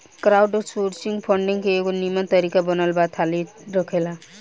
crowdsourcing funding के एगो निमन तरीका बनल बा थाती रखेला